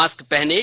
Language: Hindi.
मास्क पहनें